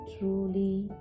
truly